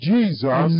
Jesus